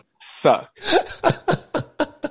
suck